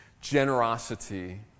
generosity